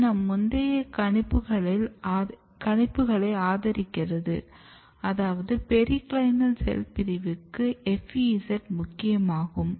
இது நம் முந்தைய கணிப்புகளை ஆதரிக்கிறது அதாவது பெரிக்ளைனல் செல் பிரிவுக்கு FEZ முக்கியமாகும்